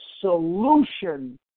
solution